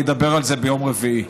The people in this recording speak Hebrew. אני אדבר על זה ביום רביעי.